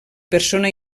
persona